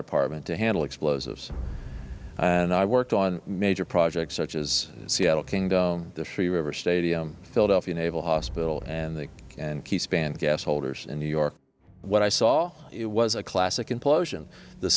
department to handle explosives and i worked on major projects such as seattle kingdom the show you ever stadium philadelphia naval hospital and the and key span gas holders in new york what i saw it was a classic implosion the